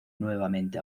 nuevamente